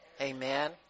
Amen